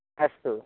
अस्तु